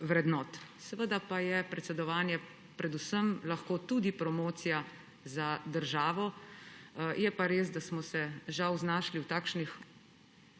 vrednot. Seveda je predsedovanje lahko tudi promocija za državo, je pa res, da smo se žal znašli v takšnih